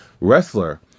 wrestler